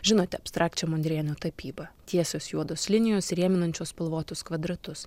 žinote abstrakčią mondrėno tapyba tiesios juodos linijos įrėminančios spalvotus kvadratus